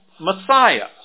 Messiah